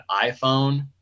iPhone